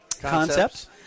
Concepts